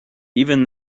even